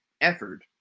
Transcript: effort